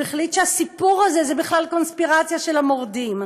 הוא החליט שהסיפור הזה זה בכלל קונספירציה של המורדים.